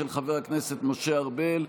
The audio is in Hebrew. של חבר הכנסת משה ארבל,